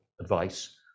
advice